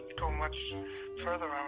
go much further, ah